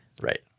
Right